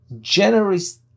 generous